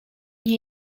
nie